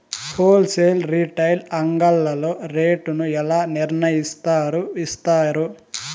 Whole sale retail అంగడ్లలో rate ను ఎలా నిర్ణయిస్తారు యిస్తారు?